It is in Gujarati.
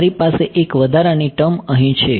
મારી પાસે એક વધારાની ટર્મ અહી છે